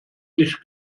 nicht